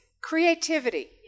Creativity